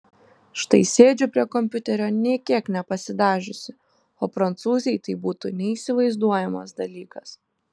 štai sėdžiu prie kompiuterio nė kiek nepasidažiusi o prancūzei tai būtų neįsivaizduojamas dalykas